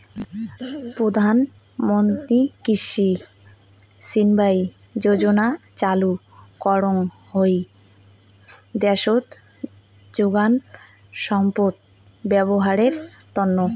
প্রধান মন্ত্রী কৃষি সিঞ্চাই যোজনা চালু করঙ হই দ্যাশোত যোগান সম্পদত ব্যবহারের তন্ন